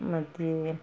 ಮತ್ತು